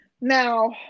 Now